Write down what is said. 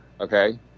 okay